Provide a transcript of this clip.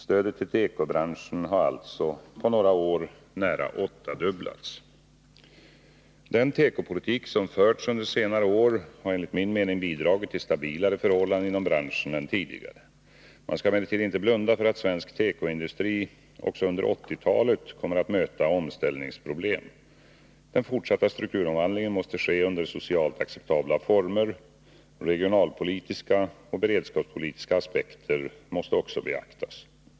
Stödet till tekobranschen har alltså på några år nära åttadubblats. Den tekopolitik som förts under senare år har enligt min mening bidragit till stabilare förhållanden inom branschen än tidigare. Man skall emellertid inte blunda för att svensk tekoindustri också under 1980-talet kommer att möta omställningsproblem. Den fortsatta strukturomvandlingen måste ske under socialt acceptabla former. Regionalpolitiska och beredskapspolitiska aspekter måste också beaktas.